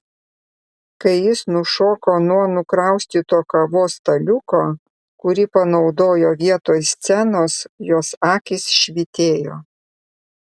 kai jis nušoko nuo nukraustyto kavos staliuko kurį panaudojo vietoj scenos jos akys švytėjo